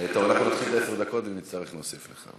אתה הולך להתחיל עם עשר דקות, ואם תצטרך נוסיף לך.